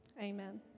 amen